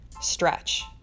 stretch